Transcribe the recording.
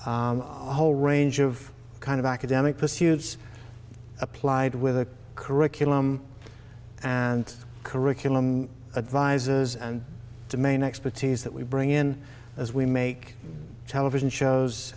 a whole range of kind of academic pursuits applied with the curriculum and curriculum advisors and the main expertise that we bring in as we make television shows